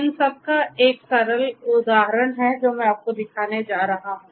इन सब का एक सरल उदाहरण है जो मैं आपको दिखाने जा रहा हूं